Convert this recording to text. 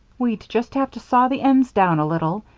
we'd just have to saw the ends down a little,